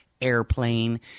airplane